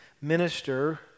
minister